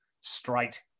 straight